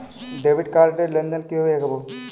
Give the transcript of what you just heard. Debit card র লেনদেন কিভাবে দেখবো?